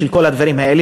של כל הדברים האלה.